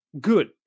good